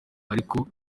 ariko